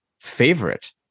favorite